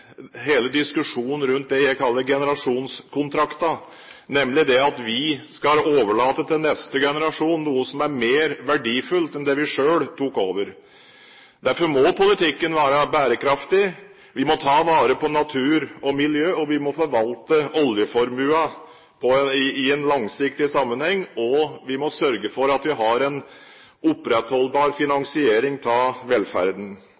hele diskusjonen rundt det jeg kaller generasjonskontrakten, nemlig det at vi skal overlate til neste generasjon noe som er mer verdifullt enn det vi selv tok over. Derfor må politikken være bærekraftig. Vi må ta vare på natur og miljø, vi må forvalte oljeformuen i en langsiktig sammenheng, og vi må sørge for at vi har en opprettholdbar finansiering av velferden.